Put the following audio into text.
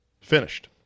Finished